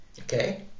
Okay